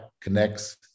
connects